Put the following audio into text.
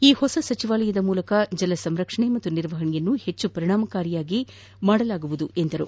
ಈ ಹೊಸ ಸಚಿವಾಲಯದ ಮೂಲಕ ಜಲ ಸಂರಕ್ಷಣೆ ಮತ್ತು ನಿರ್ವಹಣೆಯನ್ನು ಹೆಚ್ಚು ಪರಿಣಾಮಕಾರಿಯಾಗಿ ಮಾಡಲಾಗುವುದು ಎಂದರು